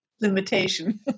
limitation